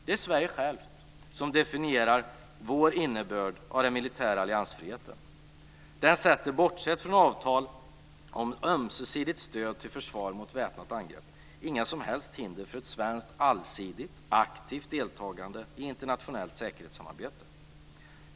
Det är Sverige självt som definierar vår innebörd av den militära alliansfriheten. Den sätter, bortsett från avtal om ömsesidigt stöd till försvar mot väpnat angrepp, inga som helst hinder för ett svenskt allsidigt och aktivt deltagande i internationellt säkerhetssamarbete.